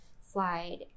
slide